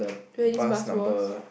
where this bus was